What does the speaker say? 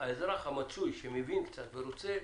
האזרח המצוי שמבין קצת ורוצה,